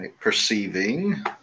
Perceiving